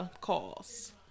calls